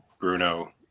Bruno